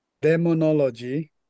demonology